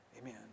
Amen